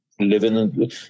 living